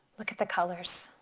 look at the colors.